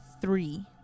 Three